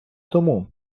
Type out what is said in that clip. тому